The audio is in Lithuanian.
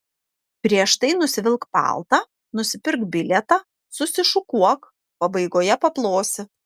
prieš tai nusivilk paltą nusipirk bilietą susišukuok pabaigoje paplosi